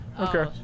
okay